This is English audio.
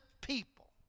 people